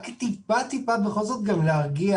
רק טיפה להרגיע,